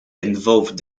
involved